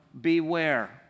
beware